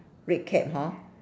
red cap hor